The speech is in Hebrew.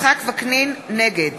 נגד